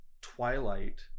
Twilight